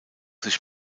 sich